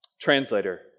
translator